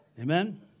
Amen